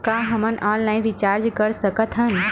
का हम online recharge कर सकत हन?